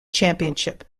championship